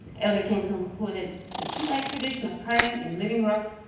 elderkin concluded the hittite tradition of carving in living rock